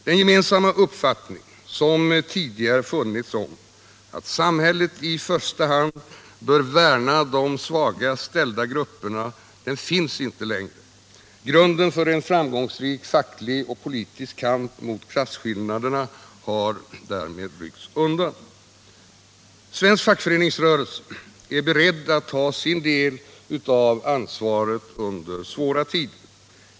Den gemensamma uppfattning som tidigare funnits om att samhället i första hand bör värna de svagast ställda grupperna finns inte längre. Grunden för en framgångsrik facklig och politisk kamp mot klasskillnaderna har därmed ryckts undan. Svensk fackföreningsrörelse är beredd att ta sin del av ansvaret under svåra tider.